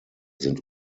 sind